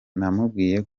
namubwiye